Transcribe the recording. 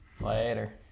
Later